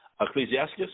Ecclesiastes